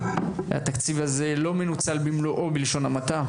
התקציב הזה לא מנוצל במלואו בלשון המעטה,